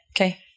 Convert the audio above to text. Okay